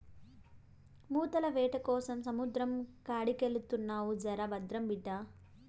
ముత్తాల వేటకోసం సముద్రం కాడికెళ్తున్నావు జర భద్రం బిడ్డా